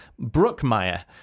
brookmeyer